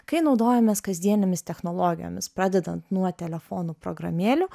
kai naudojamės kasdienėmis technologijomis pradedant nuo telefonų programėlių